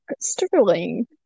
sterling